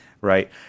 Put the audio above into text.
right